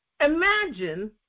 imagine